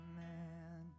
man